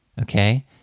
Okay